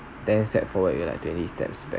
ten steps forward you like twenty steps back